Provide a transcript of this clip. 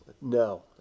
No